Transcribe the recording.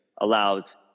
allows